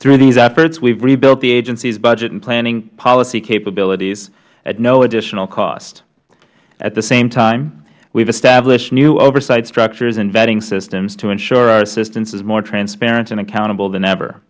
through these efforts we have rebuilt the agency's budget and planning policy capabilities at no additional cost at the same time we have established new oversight structures and vetting systems to ensure our assistance is more transparent and accountable than ever